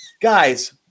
guys